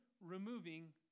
removing